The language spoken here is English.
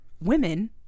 women